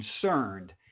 concerned